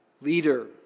leader